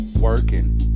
Working